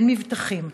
קן מבטחים,